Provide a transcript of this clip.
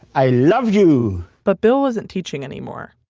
i love you! but bill wasn't teaching anymore.